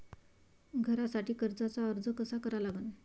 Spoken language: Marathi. घरासाठी कर्जाचा अर्ज कसा करा लागन?